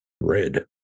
red